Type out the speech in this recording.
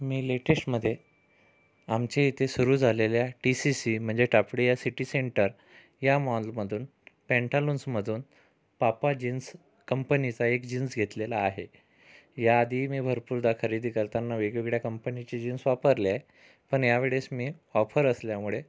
मी लेटेस्टमधे आमच्या इथे सुरू झालेल्या टी सी सी म्हणजे टाफडिया सिटी सेंटर या मॉलमधून पँटलून्समधून पापा जीन्स कंपनीचा एक जीन्स घेतलेला आहे या आधीही मी भरपूरदा खरेदी करताना वेगवेगळ्या कंपनीची जीन्स वापरली आहे पण या वेळेस मी ऑफर असल्यामुळे